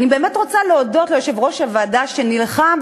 אני באמת רוצה להודות ליושב-ראש הוועדה שנלחם,